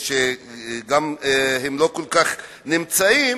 שגם הם לא כל כך נמצאים,